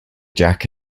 jack